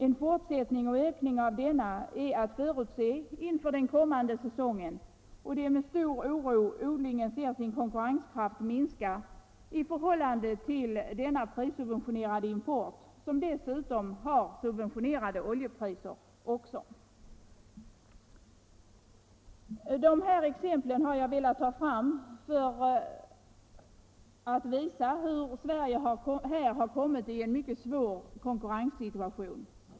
En fortsättning och ökning av denna import är att förutse inför kommande säsong, och det är med stor oro odlingen ser sin konkurrenskraft minska i förhållande till denna prissubventionerade import, som dessutom har subventionerade oljepriser. De här exemplen har jag velat ta fram för att visa hur Sverige har kommit i en mycket svår konkurrenssituation.